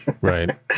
right